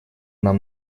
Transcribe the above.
нам